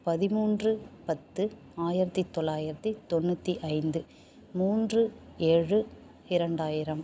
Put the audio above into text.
பதிமூன்று பத்து ஆயிரத்து தொள்ளாயிரத்து தொண்ணூற்றி ஐந்து மூன்று ஏழு இரண்டாயிரம்